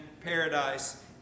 paradise